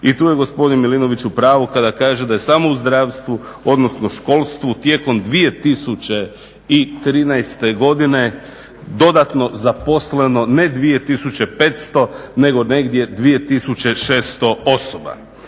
I tu je gospodin Milinović u pravu kada kaže da je samo u zdravstvu odnosno školstvu tijekom 2013.godine dodatno zaposleno ne 2500 nego negdje 2600 osoba.